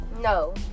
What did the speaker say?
no